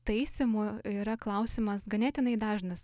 taisymų yra klausimas ganėtinai dažnas